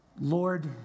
Lord